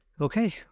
Okay